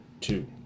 two